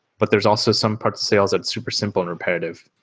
but there's also some parts of sales that's super simple and repetitive.